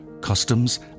customs